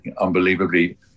unbelievably